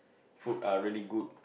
food are really good